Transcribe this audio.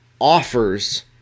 offers